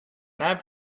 nav